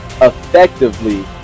effectively